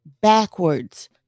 backwards